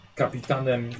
kapitanem